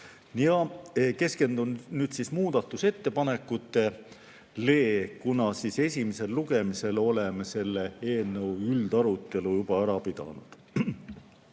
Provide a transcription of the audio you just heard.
Eesti. Keskendun nüüd muudatusettepanekutele, kuna esimesel lugemisel oleme selle eelnõu üldarutelu juba ära pidanud.